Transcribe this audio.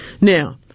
Now